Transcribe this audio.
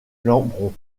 lembron